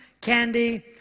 candy